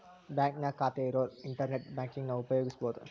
ಬಾಂಕ್ನ್ಯಾಗ ಖಾತೆ ಇರೋರ್ ಇಂಟರ್ನೆಟ್ ಬ್ಯಾಂಕಿಂಗನ ಉಪಯೋಗಿಸಬೋದು